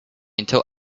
until